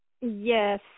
Yes